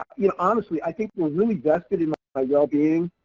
you know honestly i think were really vested in my wellbeing,